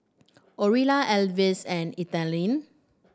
Orilla Alvis and Ethelene